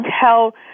tell